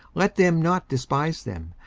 let them not despise them,